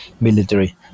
military